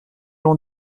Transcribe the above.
l’on